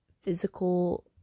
physical